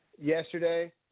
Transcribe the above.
yesterday